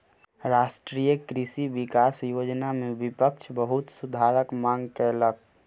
राष्ट्रीय कृषि विकास योजना में विपक्ष बहुत सुधारक मांग कयलक